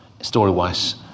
story-wise